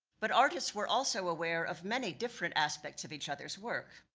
but artists were also aware of many different aspects of each other's work.